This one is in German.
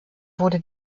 wurde